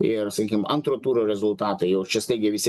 ir sakykim antro turo rezultatai jau čia staigiai visi